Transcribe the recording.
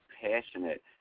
passionate